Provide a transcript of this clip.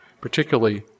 particularly